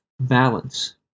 balance